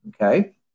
Okay